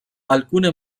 alcune